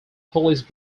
police